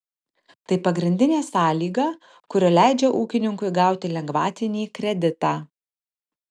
tai pagrindinė sąlyga kuri leidžia ūkininkui gauti lengvatinį kreditą